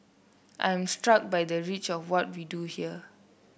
I am struck by the reach of what we do here